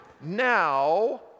Now